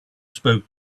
spoke